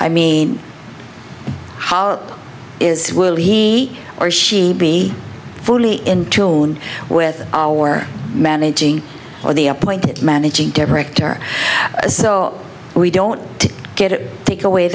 i mean how is will he or she be fully into alone with or managing or the appointed managing director so we don't get it take away